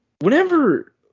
Whenever